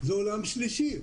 זה עולם שלישי.